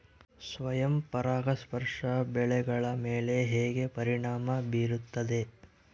ಸ್ವಯಂ ಪರಾಗಸ್ಪರ್ಶ ಬೆಳೆಗಳ ಮೇಲೆ ಹೇಗೆ ಪರಿಣಾಮ ಬೇರುತ್ತದೆ?